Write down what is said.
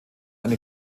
eine